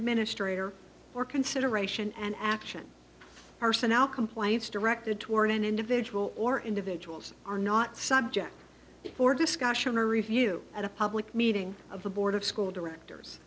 administrator for consideration and action personnel complaints directed toward an individual or individuals are not subject for discussion or review at a public meeting of the board of school directors